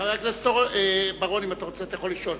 חבר הכנסת בר-און, אם אתה רוצה אתה יכול לשאול.